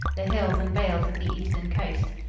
the hills and vales of the eastern coast.